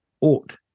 ought